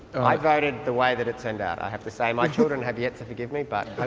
i voted the way that it turned out, i have to say. my children have yet to forgive me but